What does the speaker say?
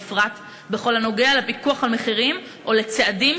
בפרט בכל הנוגע לפיקוח על מחירים או לצעדים